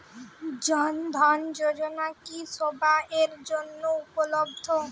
জন ধন যোজনা কি সবায়ের জন্য উপলব্ধ?